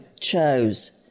chose